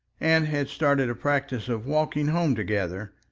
and had started a practice of walking home together,